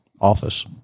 office